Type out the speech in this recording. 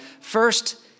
first